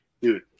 dude